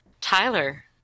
tyler